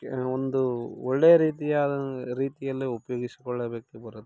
ಒಂದು ಒಳ್ಳೆಯ ರೀತಿಯಾದ ರೀತಿಯಲ್ಲೇ ಉಪಯೋಗಿಸಿಕೊಳ್ಳಬೇಕೆ ಹೊರತು